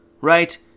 right